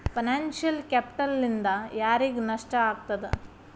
Financial ಕ್ಯಾಪಿಟಲ್ನಿಂದಾ ಯಾರಿಗ್ ನಷ್ಟ ಆಗ್ತದ?